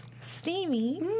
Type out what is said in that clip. Steamy